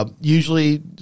Usually